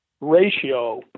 ratio